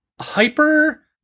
hyper